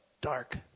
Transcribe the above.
dark